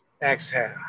Exhale